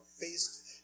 based